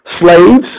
slaves